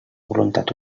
voluntat